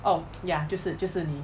oh ya 就是就是你